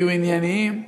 היו ענייניים,